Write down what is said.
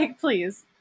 please